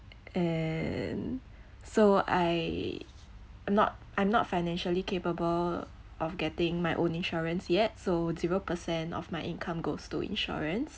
and so I I'm not I'm not financially capable of getting my own insurance yet so zero percent of my income goes to insurance